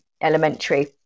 elementary